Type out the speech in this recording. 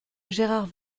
gérard